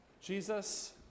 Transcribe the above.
Jesus